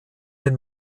den